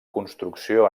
construcció